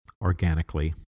organically